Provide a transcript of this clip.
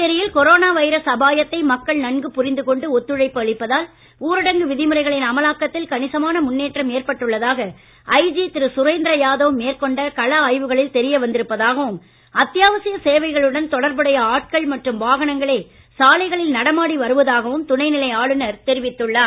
புதுச்சேரியில் corona virus அபாயத்தை மக்கள் நன்கு புரிந்து கொண்டு ஒத்துழைப்பு அளிப்பதால் ஊரடங்கு விதிமுறைகளின் அமலாக்கத்தில் கணிசமான முன்னேற்றம் ஏற்பட்டுள்ளதாக ஐஜி திரு சுரேந்திர யாதவ் மேற்கொண்ட கள வந்திருப்பதாகவும் அத்தியாவசிய சேவைகளுடன் தொடர்புடைய ஆட்கள் மற்றும் வாகனங்களே சாலைகளில் நடமாடி வருவதாகவும் துணை நிலை ஆளுநர் தெரிவித்துள்ளார்